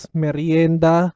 merienda